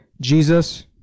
Jesus